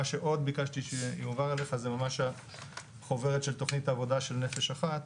מה שעוד ביקשתי שיועבר אליך זה החוברת של תוכנית העבודה של "נפש אחת".